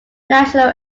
national